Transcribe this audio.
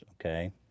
okay